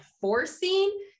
forcing